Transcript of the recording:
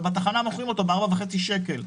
ובתחנה הוא נמכר ב-4.5 שקלים.